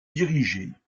dirigées